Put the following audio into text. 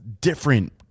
different